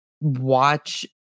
watch